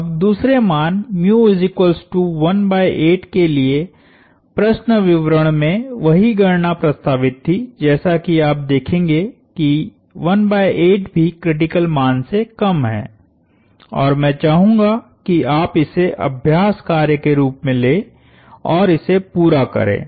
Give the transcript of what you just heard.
अब दूसरे मान के लिए प्रश्न विवरण में वही गणना प्रस्तावित थी जैसा कि आप देखेंगे कि 18 भी क्रिटिकल मान से कम है और मैं चाहूंगा कि आप इसे अभ्यासकार्य के रूप में लें और इसे पूरा करें